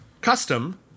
custom